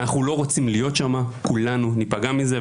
אנחנו לא רוצים להיות שם, כולנו ניפגע מזה.